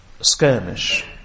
skirmish